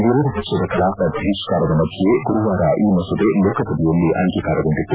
ವಿರೋಧ ಪಕ್ಷದ ಕಲಾಪ ಬಹಿಷ್ನಾರದ ಮಧ್ಯೆಯೇ ಗುರುವಾರ ಈ ಮಸೂದೆ ಲೋಕಸಭೆಯಲ್ಲಿ ಅಂಗೀಕಾರಗೊಂಡಿತ್ತು